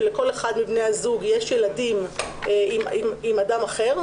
שלכל אחד מבני הזוג יש ילדים עם אדם אחר,